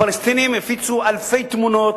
הפלסטינים הפיצו אלפי תמונות,